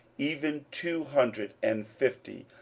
even two hundred and fifty,